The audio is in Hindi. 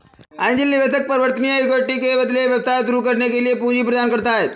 एंजेल निवेशक परिवर्तनीय इक्विटी के बदले व्यवसाय शुरू करने के लिए पूंजी प्रदान करता है